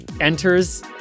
enters